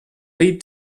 lead